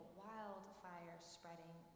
wildfire-spreading